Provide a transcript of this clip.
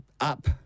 up